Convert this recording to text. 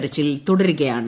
തെരച്ചിൽ തുടരുകയാണ്